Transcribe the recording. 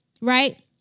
right